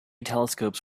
telescopes